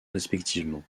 respectivement